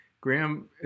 Graham